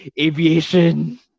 aviation